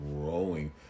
growing